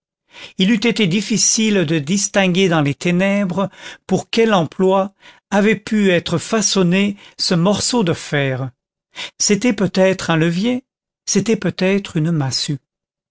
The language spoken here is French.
il eût été difficile de distinguer dans les ténèbres pour quel emploi avait pu être façonné ce morceau de fer c'était peut-être un levier c'était peut-être une massue